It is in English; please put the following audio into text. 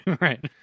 right